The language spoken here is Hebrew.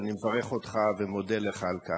ואני מברך אותך ומודה לך על כך.